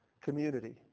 community